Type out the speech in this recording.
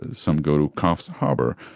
some go to coffs harbour,